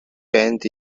bend